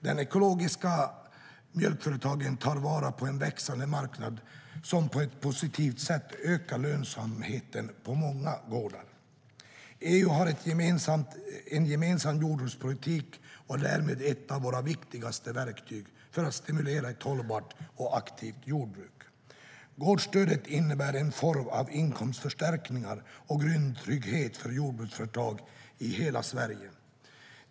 De ekologiska mjölkföretagen tar vara på en växande marknad som på ett positivt sätt ökar lönsamheten på många gårdar.EU har en gemensam jordbrukspolitik och är därmed ett av våra viktigaste verktyg för att stimulera ett hållbart och aktivt jordbruk. Gårdsstödet innebär en form av inkomstförstärkning och grundtrygghet för jordbruksföretag i hela Sverige.